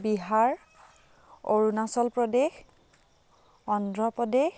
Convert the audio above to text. Bihar Arunachal Pradesh Andhra Pradesh